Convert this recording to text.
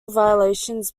violations